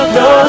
no